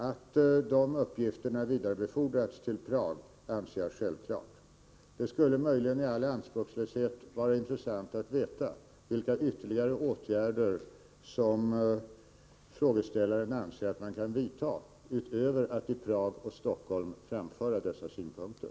Att de uppgifterna vidarebefordrats till Prag anser jag vara självklart. Jag skulle i all anspråkslöshet vara intresserad av att få veta vilka ytterligare åtgärder som frågeställaren anser att man kan vidta, dvs. åtgärder utöver att i Prag och Stockholm framföra dessa synpunkter.